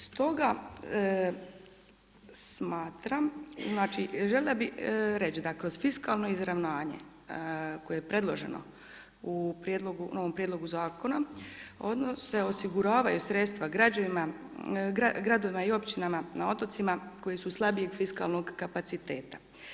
Stoga smatram, znači željela bih reći da kroz fiskalno izravnanje koje je predloženo u novom prijedlogu zakona se osiguravaju sredstva gradovima i općinama na otocima koji su slabijeg fiskalnog kapaciteta.